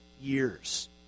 years